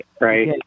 Right